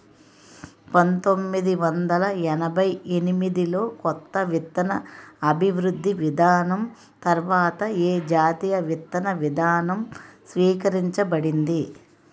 పంతోమ్మిది వందల ఎనభై ఎనిమిది లో కొత్త విత్తన అభివృద్ధి విధానం తర్వాత ఏ జాతీయ విత్తన విధానం స్వీకరించబడింది?